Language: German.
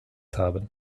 haben